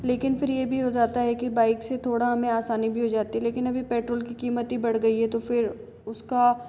लेकिन फिर यह भी हो जाता है की बाइक से थोड़ा हमें आसानी भी हो जाती है लेकिन अभी पेट्रोल की कीमत ही बढ़ गई है तो फिर उसका